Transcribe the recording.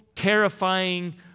terrifying